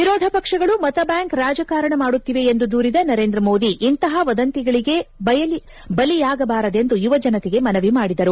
ವಿರೋಧ ಪಕ್ಷಗಳು ಮತ ಬ್ಲಾಂಕ್ ರಾಜಕಾರಣ ಮಾಡುತ್ತಿವೆ ಎಂದು ದೂರಿದ ನರೇಂದ್ರ ಮೋದಿ ಇಂತಹ ವದಂತಿಗಳಿಗೆ ಬಲಿಯಾಗಬಾರದೆಂದು ಯುವಜನತೆಗೆ ಮನವಿ ಮಾಡಿದರು